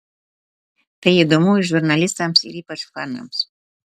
tai įdomu ir žurnalistams ir ypač fanams